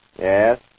Yes